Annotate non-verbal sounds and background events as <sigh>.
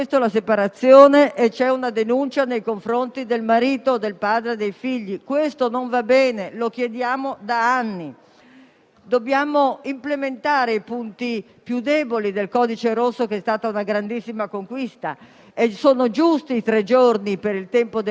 È dalla comunicazione e dall'uso delle parole che si può cominciare a parlare di rispetto. È da ognuno di noi, dalla pratica quotidiana del rispetto e della dignità, che tutti possiamo cambiare le cose. <applause>